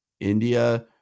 India